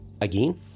again